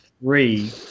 three